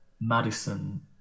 Madison